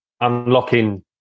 unlocking